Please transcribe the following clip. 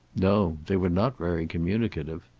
no. they were not very communicative.